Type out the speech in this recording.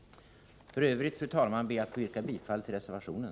I övrigt, fru talman, ber jag att få yrka bifall till reservationen.